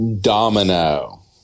Domino